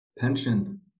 pension